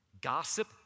Gossip